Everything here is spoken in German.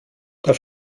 das